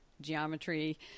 geometry